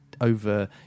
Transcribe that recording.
over